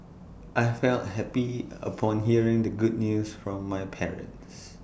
I felt happy upon hearing the good news from my parents